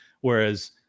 whereas